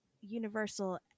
universal